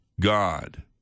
God